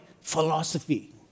philosophy